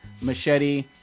machete